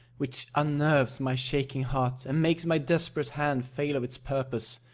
which unnerves my shaking heart, and makes my desperate hand fail of its purpose.